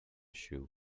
shoe